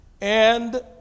and